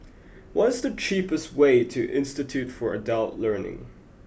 what's the cheapest way to Institute for Adult Learning